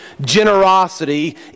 generosity